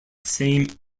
same